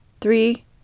three